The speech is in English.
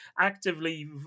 actively